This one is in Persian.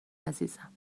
عزیزم